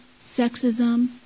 sexism